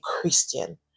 Christian